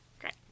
Great